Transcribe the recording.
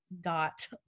dot